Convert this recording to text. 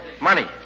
Money